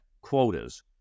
quotas